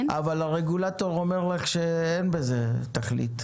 אבל הרגולטור אומר לך שאין בזה תכלית,